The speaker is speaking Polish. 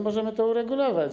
Możemy to uregulować.